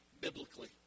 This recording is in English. biblically